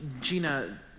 Gina